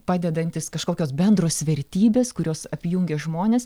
padedantis kažkokios bendros vertybės kurios apjungia žmones